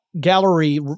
gallery